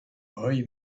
boy